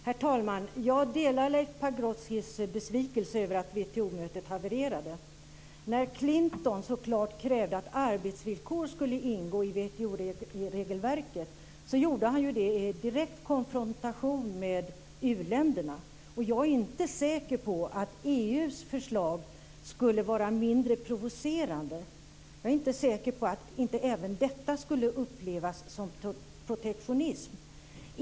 Herr talman! Jag delar Leif Pagrotskys besvikelse över att WTO-mötet havererade. När Clinton så klart krävde att arbetsvillkor skulle ingå i WTO regelverket gjorde han det i direkt konfrontation med u-länderna. Jag är inte säker på att EU:s förslag skulle vara mindre provocerande. Jag är inte säker på att inte även detta skulle upplevas som protektionism.